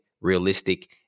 Realistic